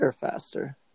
faster